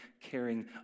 caring